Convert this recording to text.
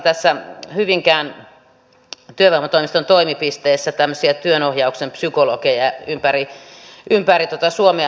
tapasin hyvinkään työvoimatoimiston toimipisteessä tämmöisiä työnohjauksen psykologeja ympäri suomea